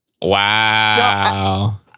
Wow